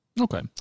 Okay